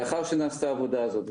לאחר שנעשתה העבודה הזאת,